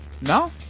No